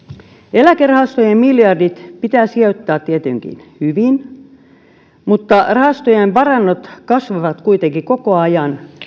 eläkerahastojen miljardit pitää sijoittaa tietenkin hyvin mutta rahastojen varannot kasvavat kuitenkin koko ajan